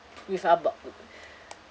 with abang